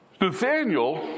Nathaniel